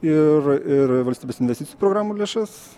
ir ir valstybės investicijų programų lėšas